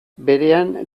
berean